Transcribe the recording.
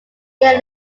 year